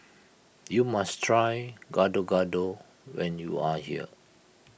you must try Gado Gado when you are here